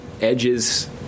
edges